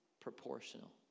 proportional